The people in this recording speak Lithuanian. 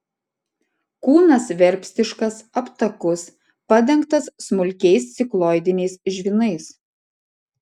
kūnas verpstiškas aptakus padengtas smulkiais cikloidiniais žvynais